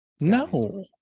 No